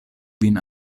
vin